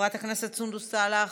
חברת הכנסת סונדוס סאלח,